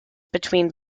between